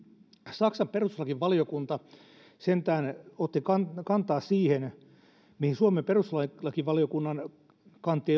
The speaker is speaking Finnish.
saksan perustuslakivaliokunta sentään otti kantaa kantaa siihen mihin suomen peruslakivaliokunnan kantti